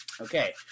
Okay